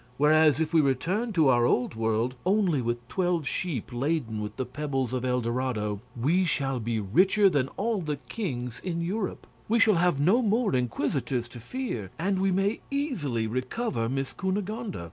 whereas, if we return to our old world, only with twelve sheep laden with the pebbles of el dorado, we shall be richer than all the kings in europe. we shall have no more inquisitors to fear, and we may easily recover miss cunegonde. ah